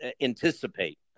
anticipate